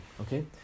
okay